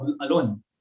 alone